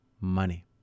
money